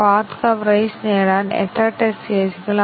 basic condition തീരുമാന ഫലത്തെ ബാധിക്കണം